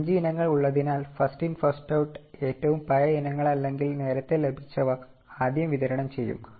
അഞ്ച് ഇനങ്ങൾ ഉള്ളതിനാൽ first in first out ഏറ്റവും പഴയ ഇനങ്ങൾ അല്ലെങ്കിൽ നേരത്തെ ലഭിച്ചവ ആദ്യം വിതരണം ചെയ്യും